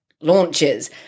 launches